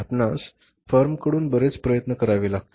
आपणास फर्मकडून बरेच प्रयत्न करावे लागतील